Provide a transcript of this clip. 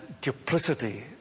duplicity